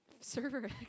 server